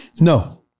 No